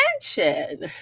attention